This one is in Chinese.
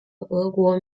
俄国